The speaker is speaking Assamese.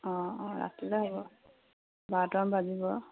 অঁ অঁ ৰাতিলৈ আহিব বাৰটামান বাজিব